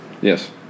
Yes